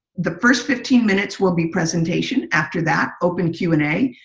the first fifteen minutes will be presentation. after that, open q and a.